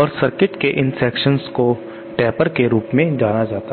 और सर्किट के इन सेक्शंस को टेपर के रूप में जाना जाता है